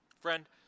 Friend